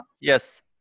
Yes